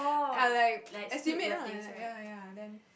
ya like estimate lah ya ya then